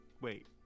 Wait